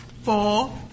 four